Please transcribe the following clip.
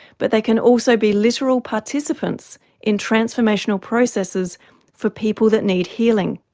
but they can also be literal participants in transformational processes for people that need healing.